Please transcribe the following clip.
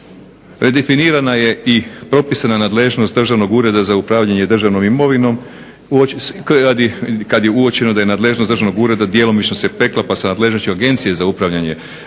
Redefinirana je i propisana nadležnost Državnog ureda za upravljanje državnom imovinom kad je uočeno da je nadležnost Državnog ureda djelomično se preklapa sa nadležnošću Agencije za upravljanje državnom imovinom